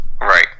Right